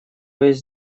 есть